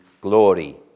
glory